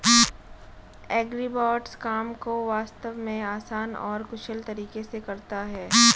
agribots काम को वास्तव में आसान और कुशल तरीके से करता है